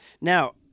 Now